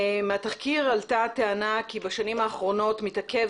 מהתחקיר עלתה טענה כי בשנים האחרונות מתעכב